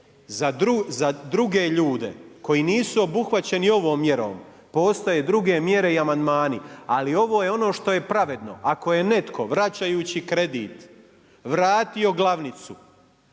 za druge ljude koji nisu obuhvaćeni ovom mjerom postoje druge mjere i amandmani ali ovo je ono što je pravedno. Ako je netko vračajući kredit vratio glavnicu,